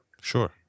Sure